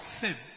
sin